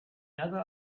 another